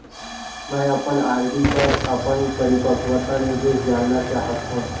मैं अपन आर.डी पर अपन परिपक्वता निर्देश जानना चाहत हों